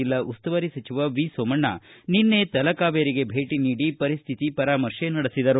ಜಿಲ್ಲಾ ಉಸ್ತುವಾರಿ ಸಚಿವ ವಿಸೋಮಣ್ಣ ನಿನ್ನೆ ತಲಕಾವೇರಿಗೆ ಭೇಟ ನೀಡಿ ಪರಿಸ್ಥಿತಿ ಪರಾಮರ್ಶೆ ನಡೆಸಿದರು